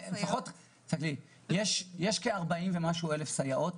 יש כ-40,000 סייעות